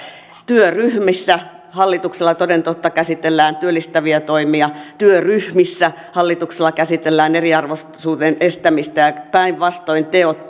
työryhmissä toden totta käsitellään työllistäviä toimia hallituksen työryhmissä käsitellään eriarvoisuuden estämistä ja ja päinvastoin teot